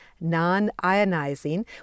non-ionizing